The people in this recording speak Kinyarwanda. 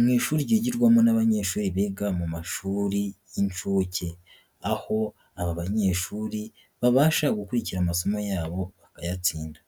mu ishuri ryigirwamo n'abanyeshuri biga mu mashuri y'inshuke, aho aba banyeshuri babasha gukurikira amasomo yabo bakayatsinda.